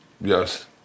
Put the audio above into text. yes